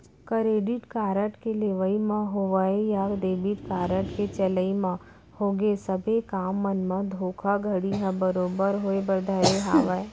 credit card के लेवई म होवय या डेबिट कारड के चलई म होगे सबे काम मन म धोखाघड़ी ह बरोबर होय बर धरे हावय